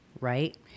Right